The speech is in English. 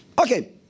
Okay